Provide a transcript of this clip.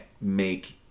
make